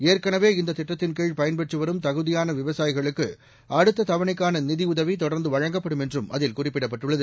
ஏற்கனவே இந்த திட்டத்தின் கீழ் பயன்பெற்று வரும் தகுதியான விவசாயிகளுக்கு அடுத்த தவணைக்கான நிதி உதவி தொடர்ந்து வழங்கப்படும் என்றும் அதில் குறிப்பிடப்பட்டுள்ளது